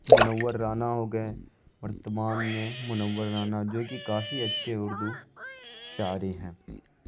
منور رانا ہو گئے ان تمام میں منور رانا جوکہ کافی اچھے اردو شاعری ہیں